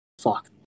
Fuck